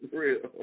real